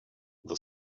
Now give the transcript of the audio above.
the